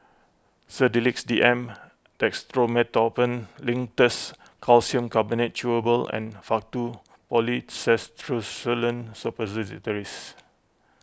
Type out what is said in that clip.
Sedilix D M Dextromethorphan Linctus Calcium Carbonate Chewable and Faktu Policresulen Suppositories